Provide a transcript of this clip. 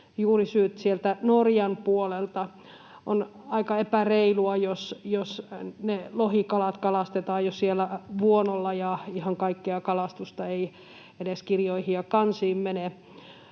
sieltä Norjan puolelta. On aika epäreilua, jos ne lohikalat kalastetaan jo siellä vuonolla ja ihan kaikkea kalastusta ei edes kirjoihin ja kansiin mene.